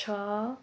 ଛଅ